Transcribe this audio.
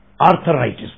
arthritis